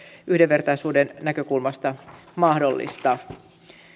yhdenvertaisuuden näkökulmasta mahdollista